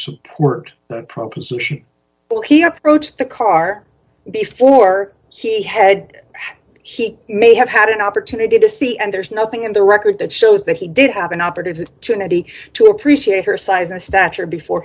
support the proposition well he approached the car before he had he may have had an opportunity to see and there's nothing in the record that shows that he did have an opportunity to appreciate her size and stature before